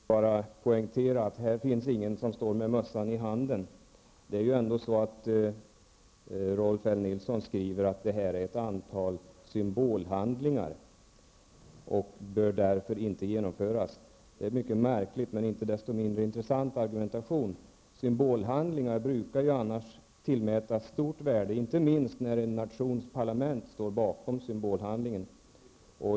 Herr talman! Jag vill bara poängtera att det inte finns någon här som står med mössan i handen. Rolf L Nilson skriver i sin meningsyttring att det här är ett antal symbolhandlingar och att de därför inte bör genomföras. Det är en mycket märklig men inte desto mindre intressant argumentation. Symbolhandlingar brukar annars tillmätas stort värde, inte minst när en nations parlament står bakom dem.